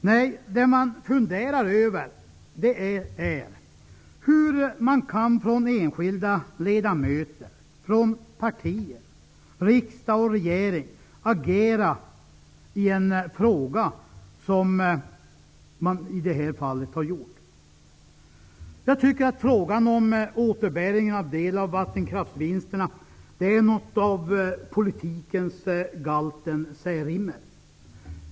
Nej, det jag funderar över är hur enskilda ledamöter, partier, riksdag och regering kan agera som de har gjort i den här frågan. Frågan om återbäring av en del av vattenkraftsvinsterna är något av politikens galten Särimner.